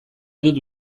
dut